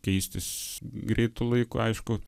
keistis greitu laiku aišku